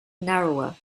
narrower